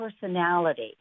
personality